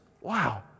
Wow